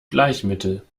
bleichmittel